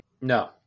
No